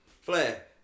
Flair